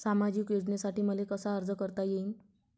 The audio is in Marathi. सामाजिक योजनेसाठी मले कसा अर्ज करता येईन?